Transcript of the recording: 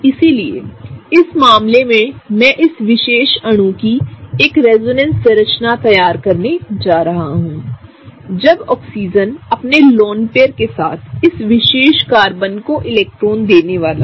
इसलिए इस मामले में मैं इस विशेष अणु की एक रेजोनेंस संरचना तैयार करने जा रहा हूं जब ऑक्सीजन अपने लोन पेयर के साथ इस विशेष कार्बन को इलेक्ट्रॉन देने वाला है